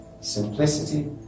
Simplicity